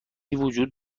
وجود